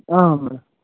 ಹಾಂ ಮೇಡಮ್